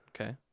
okay